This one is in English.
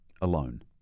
alone